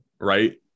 right